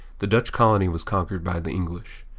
the dutch colony was conquered by the english.